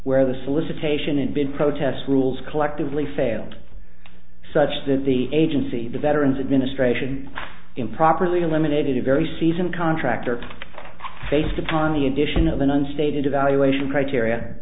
where the solicitation and big protest rules collectively failed such that the agency the veterans administration improperly eliminated a very seasoned contractor based upon the addition of an unstated evaluation criteria